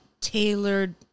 tailored